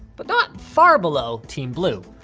but not far below team blue,